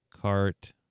Cart